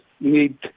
need